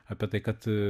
apie tai kad